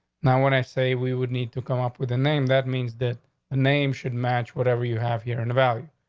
now when i say we would need to come up with the name, that means that the name should match whatever you have here in the value.